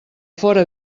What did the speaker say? fora